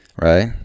right